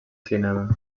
cinema